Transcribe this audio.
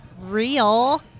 real